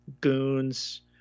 goons